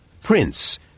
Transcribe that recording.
Prince